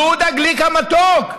יהודה גליק המתוק,